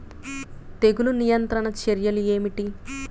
తెగులు నియంత్రణ చర్యలు ఏమిటి?